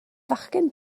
fachgen